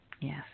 yes